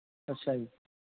ਅੱਛਾ ਜੀ